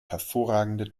hervorragende